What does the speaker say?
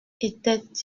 était